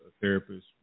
therapist